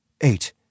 Eight